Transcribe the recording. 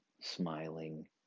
smiling